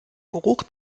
geruch